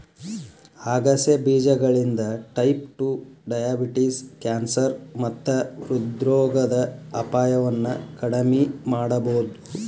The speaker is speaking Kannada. ಆಗಸೆ ಬೇಜಗಳಿಂದ ಟೈಪ್ ಟು ಡಯಾಬಿಟಿಸ್, ಕ್ಯಾನ್ಸರ್ ಮತ್ತ ಹೃದ್ರೋಗದ ಅಪಾಯವನ್ನ ಕಡಿಮಿ ಮಾಡಬೋದು